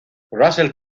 russell